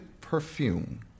perfume